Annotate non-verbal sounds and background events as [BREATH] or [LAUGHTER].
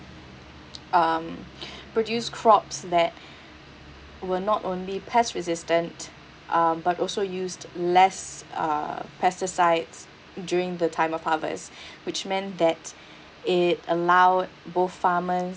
um [BREATH] produce crops that were not only pest resistant um but also used less uh pesticides during the time of harvest [BREATH] which meant that it allow both farmers